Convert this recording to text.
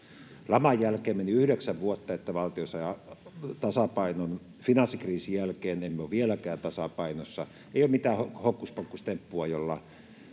Laman jälkeen meni yhdeksän vuotta, että valtio sai tasapainon, finanssikriisin jälkeen emme ole vieläkään tasapainossa. Ei ole mitään hokkuspokkustemppua, jolla